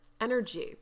energy